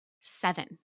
seven